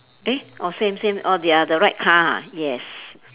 eh orh same same orh they are the right car ah yes